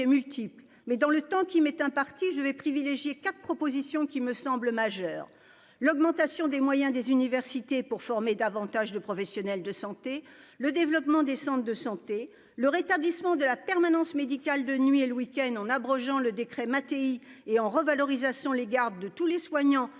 multiple, mais dans le temps qui m'est imparti, je vais privilégier 4 propositions qui me semble majeur : l'augmentation des moyens des universités pour former davantage de professionnels de santé, le développement des centres de santé, le rétablissement de la permanence médicale de nuit et le week-end en abrogeant le décret Mattéi et en revalorisation, les gardes de tous les soignants